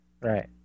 Right